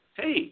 hey